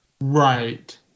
right